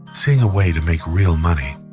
seeing a way to make real money,